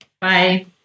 bye